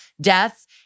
death